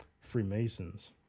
Freemasons